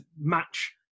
match